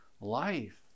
life